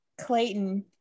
Clayton